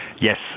Yes